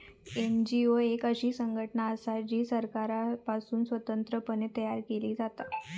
NGO एक अशी संघटना असा जी सरकारपासुन स्वतंत्र पणे तयार केली जाता